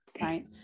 right